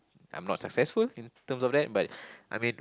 I'm not successful in terms of that but I mean